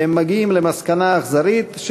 והם מגיעים למסקנה אכזרית: